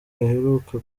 aheruka